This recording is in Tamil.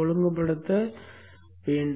ஒழுங்குபடுத்தப்பட வேண்டும்